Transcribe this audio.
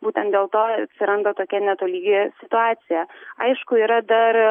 būtent dėl to atsiranda tokia netolygi situacija aišku yra dar